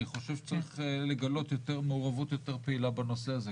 אני חושב שצריך לגלות מעורבות יותר פעילה בנושא הזה,